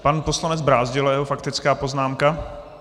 Pan poslanec Brázdil a jeho faktická poznámka.